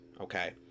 okay